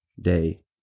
day